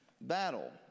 battle